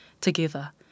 together